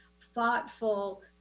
thoughtful